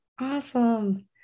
Awesome